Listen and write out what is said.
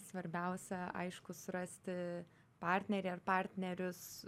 svarbiausia aišku surasti partnerį ar partnerius